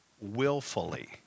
willfully